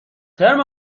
ترم